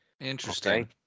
Interesting